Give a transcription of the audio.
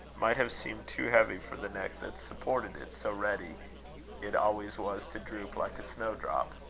might have seemed too heavy for the neck that supported it, so ready it always was to droop like a snowdrop.